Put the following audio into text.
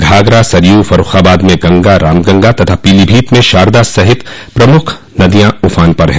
घाघरा सरयू फर्रूखाबाद में गंगा रामगंगा तथा पीलीभीत में शारदा सहित कई प्रमुख नदियां उफान पर हैं